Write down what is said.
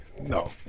No